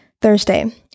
Thursday